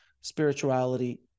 spirituality